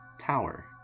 tower